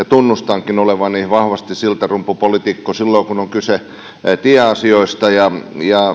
tunnustan olevani vahvasti siltarumpupoliitikko silloin kun on kyse tieasioista ja